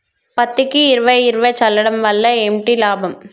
పత్తికి ఇరవై ఇరవై చల్లడం వల్ల ఏంటి లాభం?